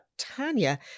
Tanya